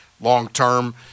long-term